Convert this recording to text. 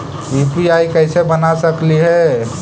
UPI कैसे बना सकली हे?